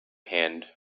hand